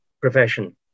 profession